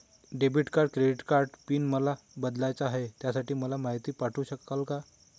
Debit आणि credit कार्डचा PIN मला बदलायचा आहे, त्यासाठी मला माहिती पाठवू शकाल का?